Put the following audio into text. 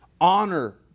honor